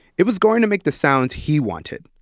it was going to make the sound he wanted,